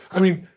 i mean,